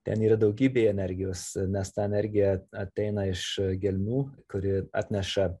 ten yra daugybė energijos nes ta energija ateina iš gelmių kuri atneša